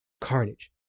carnage